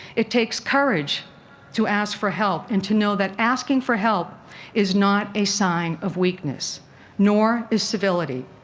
it takes courage to ask for help and to know that asking for help is not a sign of weakness nor is civility.